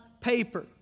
paper